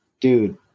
dude